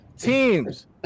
teams